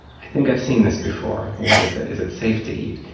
i think i've seen this before, what is it, is it safe to eat?